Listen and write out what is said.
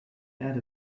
add